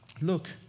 look